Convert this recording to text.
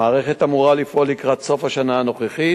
המערכת אמורה לפעול לקראת סוף השנה הנוכחית,